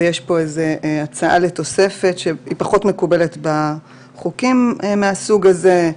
יש הצעה לתוספת שפחות מקובלת בחוקים מהסוג הזה,